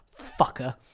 Fucker